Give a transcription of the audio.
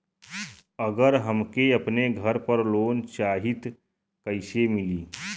अगर हमके अपने घर पर लोंन चाहीत कईसे मिली?